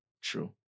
True